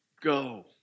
go